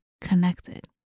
connected